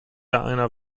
einer